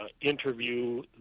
interview